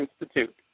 Institute